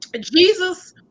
Jesus